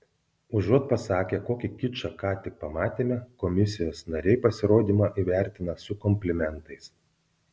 užuot pasakę kokį kičą ką tik pamatėme komisijos nariai pasirodymą įvertina su komplimentais